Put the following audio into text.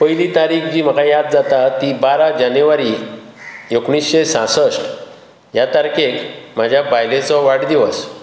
पयली तारीख जी म्हाका याद जाता ती बारा जानेवारी एकुणेशें सांश्ठ ह्या तारखेक म्हाज्या बायलेचो वाढदीवस